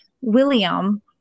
William